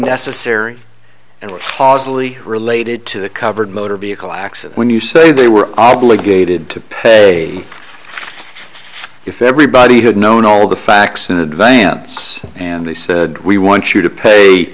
necessary and which caused related to the covered motor vehicle accident when you say they were obligated to pay if everybody had known all the facts in advance and they said we want you to pay